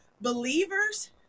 believers